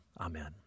amen